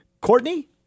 Courtney